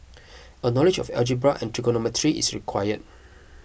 a knowledge of algebra and trigonometry is required